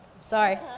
sorry